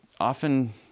often